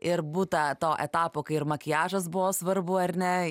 ir būta to etapo kai ir makiažas buvo svarbu ar ne